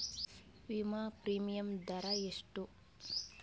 ವಿಮಾ ಪ್ರೀಮಿಯಮ್ ದರಾ ಎಷ್ಟು?